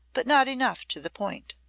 but not enough to the point.